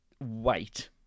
wait